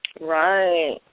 Right